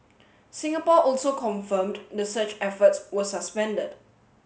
Singapore also confirmed the search efforts were suspended